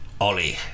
Ollie